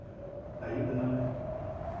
ᱟᱹᱭᱩᱵ ᱮᱱᱟᱞᱮ